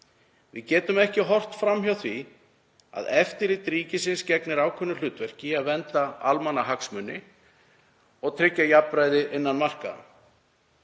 Við getum ekki horft fram hjá því að eftirlit ríkisins gegnir ákveðnu hlutverki í að vernda almannahagsmuni og tryggja jafnræði innan markaða